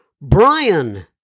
Brian